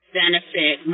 benefit